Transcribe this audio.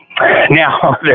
now